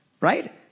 Right